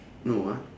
no ah